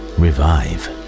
revive